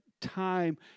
time